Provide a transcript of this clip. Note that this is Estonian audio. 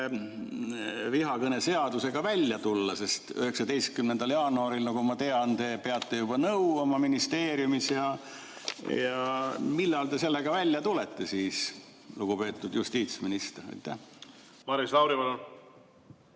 vihakõne seadusega välja tulla. 19. jaanuaril, nagu ma tean, te peate nõu oma ministeeriumis. Millal te sellega välja tulete siis, lugupeetud justiitsminister?